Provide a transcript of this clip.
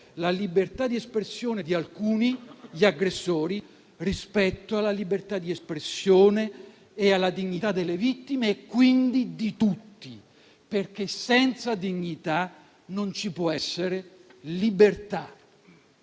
la libertà di espressione di alcuni, gli aggressori, rispetto alla libertà di espressione e alla dignità delle vittime e quindi di tutti, perché senza dignità non ci può essere libertà.